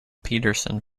peterson